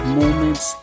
moments